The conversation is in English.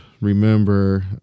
remember –